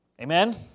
amen